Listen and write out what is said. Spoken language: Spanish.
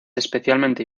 especialmente